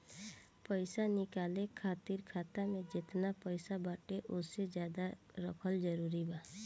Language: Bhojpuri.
पईसा निकाले खातिर खाता मे जेतना पईसा बाटे ओसे ज्यादा रखल जरूरी बा?